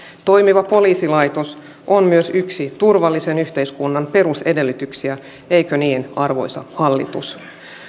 toimiva poliisilaitos on myös yksi turvallisen yhteiskunnan perusedellytyksiä eikö niin arvoisa hallitus